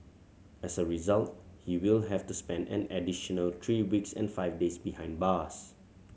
as a result he will have to spend an additional three weeks and five days behind bars